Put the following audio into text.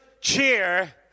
cheer